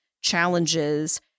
challenges